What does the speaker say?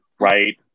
right